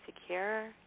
secure